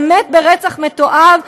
באמת ברצח מתועב,